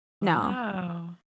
No